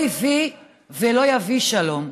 לא הביא ולא יביא שלום.